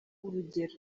urugero